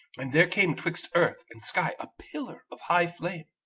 and there came twixt earth and sky a pillar of high flame.